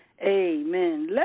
Amen